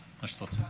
מה שאת רוצה.